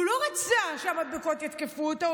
הוא לא רצה שהמדבקות יתקפו אותו,